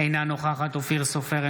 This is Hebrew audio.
אינה נוכחת אופיר סופר,